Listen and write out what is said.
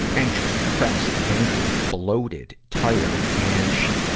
anxious, depressed, angry, bloated, tired, and she,